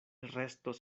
restos